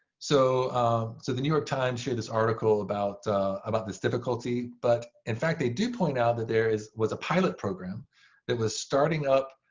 so so the new york times shared this article about about this difficulty. but in fact, they do point out that there was a pilot program that was starting up,